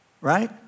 Right